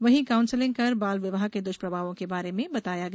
वहीं काउंसिंलिंग कर बाल विवाह के दुष्प्रभावों के बारे में बताया गया